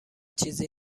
چیزی